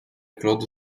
claude